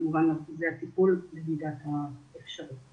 כמובן מרכזי הטיפול במידת האפשר.